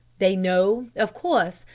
they know, of course,